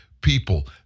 people